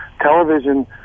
Television